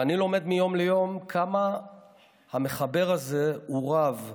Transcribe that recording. ואני לומד מיום ליום כמה המחבר הזה הוא רב,